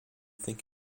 think